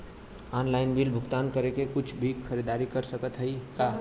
Online bill भुगतान करके कुछ भी खरीदारी कर सकत हई का?